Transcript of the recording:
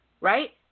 right